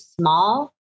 small